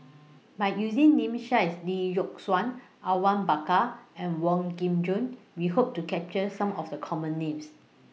By using Names such as Lee Yock Suan Awang Bakar and Wong Kin Jong We Hope to capture Some of The Common Names